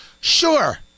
Sure